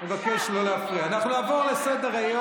אנחנו נעבור לסעיף 20 בסדר-היום.